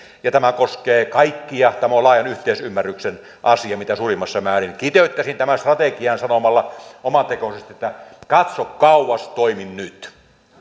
ja tämä koskee kaikkia tämä on laajan yhteisymmärryksen asia mitä suurimmassa määrin kiteyttäisin tämän strategian sanomalla omatekoisesti että katso kauas toimi nyt